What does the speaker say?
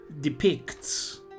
depicts